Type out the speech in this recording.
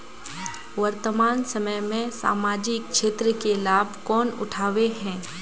वर्तमान समय में सामाजिक क्षेत्र के लाभ कौन उठावे है?